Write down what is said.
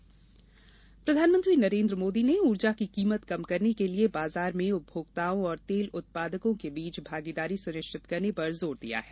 मोदी ऊर्जा प्रधानमंत्री नरेंद्र मोदी ने ऊर्जा की कीमत कम करने के लिए बाजार में उपभोक्ताओं और तेल उत्पादकों के बीच भागीदारी सुनिश्चित करने पर जोर दिया है